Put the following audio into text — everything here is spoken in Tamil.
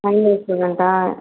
final year ஸ்டூடன்ட்டா